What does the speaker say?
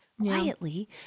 quietly